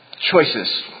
choices